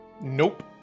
nope